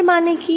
এর মানে কি